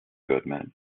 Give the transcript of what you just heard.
goodman